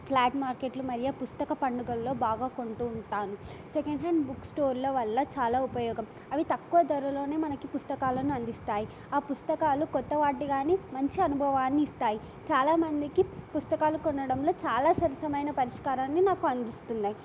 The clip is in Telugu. ఫ్లాట్ మార్కెట్లు మరియు పుస్తక పండుగల్లో బాగా కొంటూ ఉంటాను సెకండ్ హ్యాండ్ బుక్ స్టోర్ల వల్ల చాలా ఉపయోగం అవి తక్కువ ధరలోనే మనకి పుస్తకాలను అందిస్తాయి ఆ పుస్తకాలు కొత్త వాటి గానే మంచి అనుభవాన్ని ఇస్తాయి చాలామందికి పుస్తకాలు కొనడంలో చాలా సరసమైన పరిష్కారాన్ని నాకు అందిస్తున్నాయి